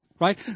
Right